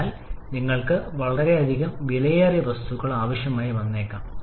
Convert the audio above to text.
അതിനാൽ നിങ്ങൾക്ക് വളരെയധികം വിലയേറിയ വസ്തുക്കൾ ആവശ്യമായി വന്നേക്കാം